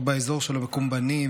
או באזור של המקומבנים,